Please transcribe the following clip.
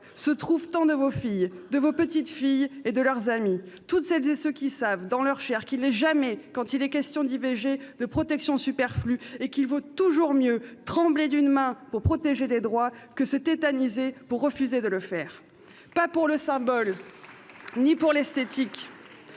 se trouvent nombre de vos filles, de vos petites-filles et de leurs amis. Ce sont toutes celles et tous ceux qui savent dans leur chair que, quand il s'agit d'IVG, aucune protection n'est superflue et qu'il vaut toujours mieux trembler d'une main pour protéger des droits que se tétaniser pour refuser de le faire. Pas pour le symbole ou l'esthétique,